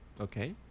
Okay